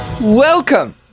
welcome